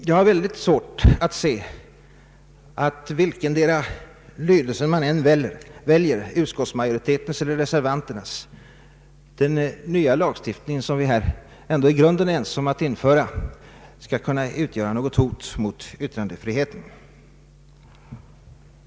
Jag har väldigt svårt att se att den nya lagstiftningen, vilkendera lydelse man än väljer, utskottsmajoritetens eller reservanternas, skulle kunna utgöra något beaktansvärt hot mot yttrandefriheten.